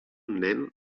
nen